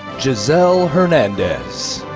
ah so hernandez.